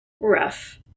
Rough